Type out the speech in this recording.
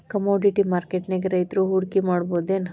Commodity ಮಾರ್ಕೆಟ್ನ್ಯಾಗ್ ರೈತ್ರು ಹೂಡ್ಕಿ ಮಾಡ್ಬಹುದೇನ್?